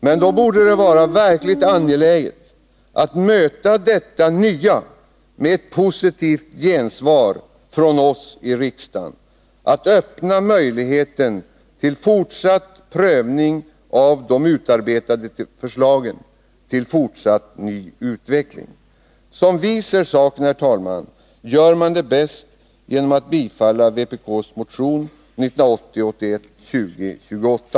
Men då borde det vara angeläget att möta detta nya med ett gensvar från oss i riksdagen — att öppna möjligheten till fortsatt prövning av de utarbetade förslagen, till fortsatt utveckling. Som vi ser saken, fru talman, gör man det bäst genom att bifalla vpk:s motion 1980/81:2028.